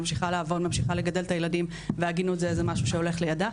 ממשיכה לעבודה ממשיכה לגדל את הילדים ועגינות זה משהו שהולך לידה.